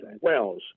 wells